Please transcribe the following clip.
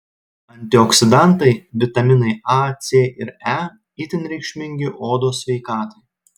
antioksidantai vitaminai a c ir e itin reikšmingi odos sveikatai